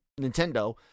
Nintendo